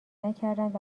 نکردند